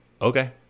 okay